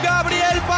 Gabriel